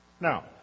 Now